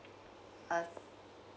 uh